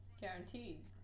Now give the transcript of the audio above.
Guaranteed